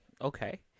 okay